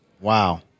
Wow